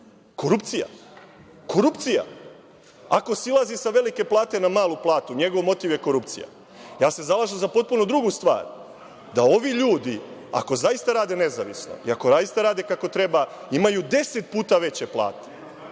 komisiju - korupcija. Ako silazi sa velike plate na malu platu, njegov motiv je korupcija. Ja se zalažem za potpuno drugu stvar da ovi ljudi, ako zaista rade nezavisno i ako zaista rade kako treba, imaju 10 puta veće plate